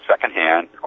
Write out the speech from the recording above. secondhand